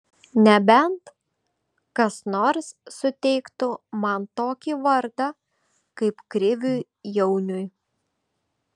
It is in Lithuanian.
nebent kas nors suteiktų man tokį vardą kaip kriviui jauniui